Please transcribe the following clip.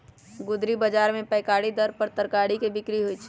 गुदरी बजार में पैकारी दर पर तरकारी के बिक्रि होइ छइ